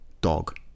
dog